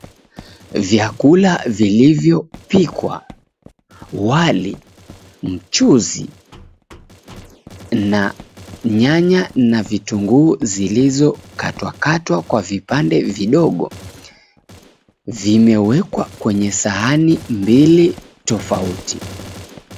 Vyakula vilivyopikwa wali, mchuzi, nyanya na vitungu zilizo katwa katwa kwa vipande vidogo, vimewekwa kwenye sahani mbili tofauti.